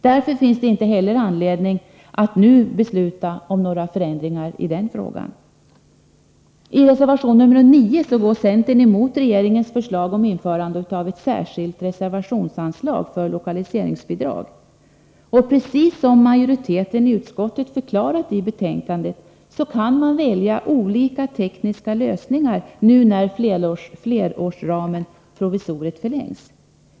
Därför finns det inte heller här anledning att nu besluta om några förändringar. Precis som majoriteten i utskottet förklarat i betänkandet kan man välja olika tekniska lösningar nu när flerårsramen provisoriskt förlängs.